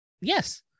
Yes